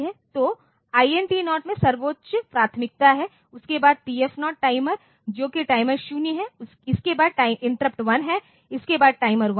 तो INT 0 में सर्वोच्च प्राथमिकता है उसके बाद TF0 टाइमर जो कि टाइमर 0 है इसके बाद इंटरप्ट 1 है इसके बाद टाइमर 1 है